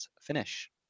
finish